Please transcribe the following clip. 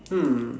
hmm